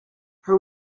her